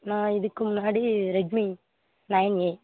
நான் இதுக்கு முன்னாடி ரெட்மீ நயன் ஏ